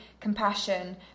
compassion